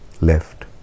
left